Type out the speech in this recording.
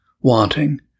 wanting